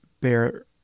bear